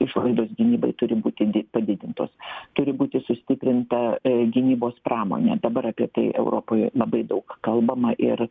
išlaidos gynybai turi būti di padidintos turi būti sustiprinta gynybos pramonė dabar apie tai europoje labai daug kalbama ir